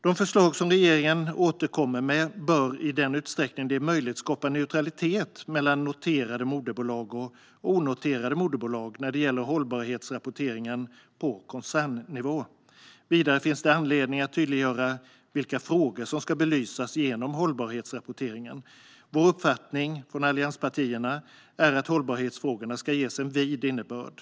De förslag som regeringen återkommer med bör i den utsträckning det är möjligt skapa neutralitet mellan noterade moderbolag och onoterade moderbolag när det gäller hållbarhetsrapporteringen på koncernnivå. Vidare finns det anledning att tydliggöra vilka frågor som ska belysas genom hållbarhetsrapporteringen. Allianspartiernas uppfattning är att hållbarhetsfrågorna ska ges en vid innebörd.